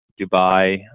Dubai